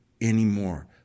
anymore